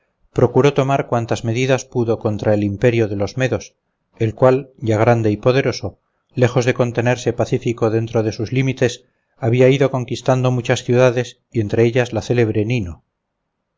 procuró tomar cuantas medidas pudo contra el imperio de los medos el cual ya grande y poderoso lejos de contenerse pacífico dentro de sus limites había ido conquistando muchas ciudades y entre ellas la célebre nino